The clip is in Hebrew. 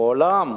מעולם,